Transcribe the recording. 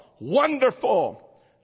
Wonderful